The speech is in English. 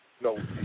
no